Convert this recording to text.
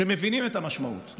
שמבינים את המשמעות,